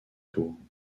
tours